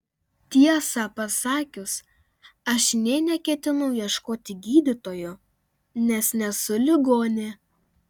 tiesą pasakius aš nė neketinau ieškoti gydytojo nes nesu ligonė